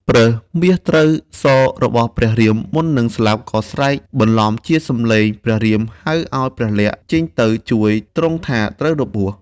ប្រើសមាសត្រូវសររបស់ព្រះ រាម មុននឹងស្លាប់ក៏ស្រែកបន្លំជាសំឡេងព្រះរាមហៅឱ្យព្រះលក្សណ៍ចេញទៅជួយទ្រង់ថាត្រូវរបួស។